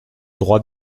droit